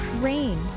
Rain